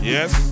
Yes